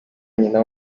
nyina